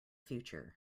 future